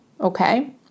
Okay